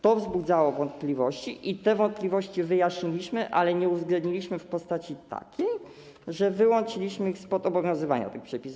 To wzbudzało wątpliwości i te wątpliwości wyjaśniliśmy, ale nie uwzględniliśmy w postaci takiej, że wyłączyliśmy ich spod obowiązywania tych przepisów.